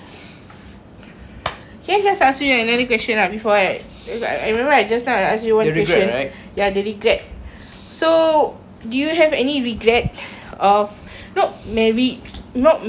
can I just ask you another question ah before I I remember I just now I asked you one question ya the regret so do you have any regret of not married not marrying me lah